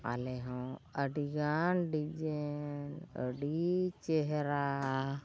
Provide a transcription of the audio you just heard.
ᱟᱞᱮ ᱦᱚᱸ ᱟᱹᱰᱤ ᱜᱟᱱ ᱟᱹᱰᱤ ᱪᱮᱦᱨᱟ